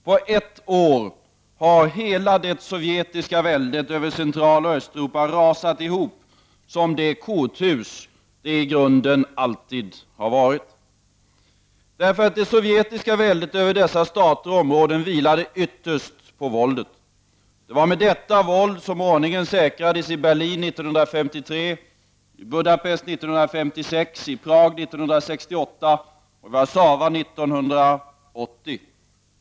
På ett år har hela det sovjetiska väldet över Centraloch Östeuropa rasat ihop som det korthus det i grunden alltid har varit. Det sovjetiska väldet över dessa stater och områden vilade ytterst på våldet. Det var med detta våld som ordningen säkrades i Berlin 1953, i Budapest 1956, i Prag 1968 och i Warszawa 1980.